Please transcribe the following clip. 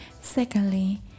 Secondly